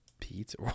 pizza